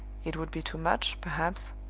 it would be too much, perhaps,